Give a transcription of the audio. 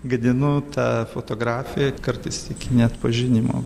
gadinu tą fotografiją kartais iki neatpažinimo